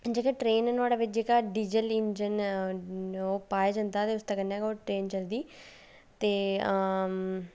जेह्के ट्रेन नुहाड़े बिच जेह्का डीजल इंजन ऐ ओह् पाया जंदा ते उसदे कन्नै गै ट्रेन चलदी ते